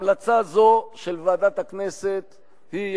המלצה זו של ועדת הכנסת היא,